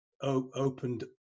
opened